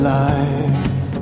life